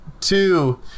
two